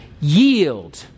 Yield